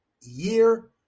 year